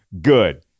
Good